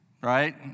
right